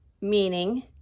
meaning